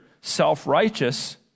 self-righteous